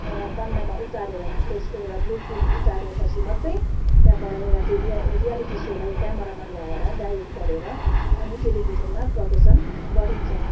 एउटा पन्नामा उतारेर त्यसको एउटा ब्लु प्रिन्ट उतारेपछि मात्रै त्यहाँबाट एउटा रिया रियालिटी सोलाई क्यामरामा ल्याएर डाइरेक्ट गरेर अनि टेलिभिजनमा प्रदर्शन गरिन्छ